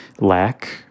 lack